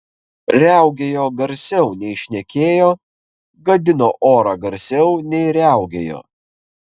riaugėjo garsiau nei šnekėjo gadino orą garsiau nei riaugėjo